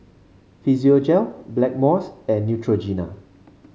Physiogel Blackmores and Neutrogena